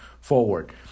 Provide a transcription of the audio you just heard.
forward